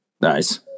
Nice